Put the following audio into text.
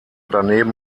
daneben